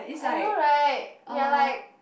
I know right we are like